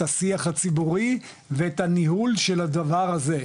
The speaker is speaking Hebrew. השיח הציבורי ואת הניהול של הדבר הזה,